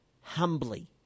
humbly